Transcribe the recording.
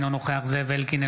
אינו נוכח זאב אלקין,